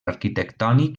arquitectònic